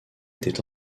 était